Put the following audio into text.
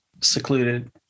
secluded